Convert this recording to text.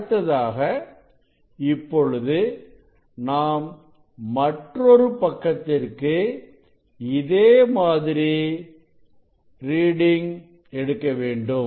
அடுத்ததாக இப்பொழுது நாம் மற்றொரு பக்கத்திற்கு இதே மாதிரி எடுக்க ரீடிங் எடுக்க வேண்டும்